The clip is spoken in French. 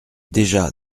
déjà